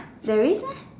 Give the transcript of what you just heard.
there is meh